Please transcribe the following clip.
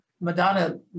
Madonna